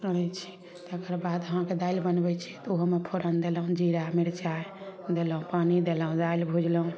करै छी तकर बाद अहाँके दालि बनबै छी तऽ ओहोमे फोड़न देलहुॅं जीरा मिरचाइ देलहुॅं पानि देलहुॅं दालि भुजलहुॅं